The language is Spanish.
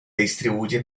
distribuye